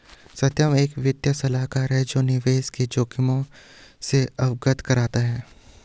सत्यम एक वित्तीय सलाहकार है जो निवेश के जोखिम से अवगत कराता है